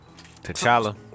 T'Challa